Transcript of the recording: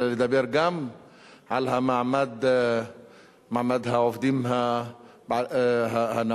אלא לדבר גם על מעמד העובדים הנמוך,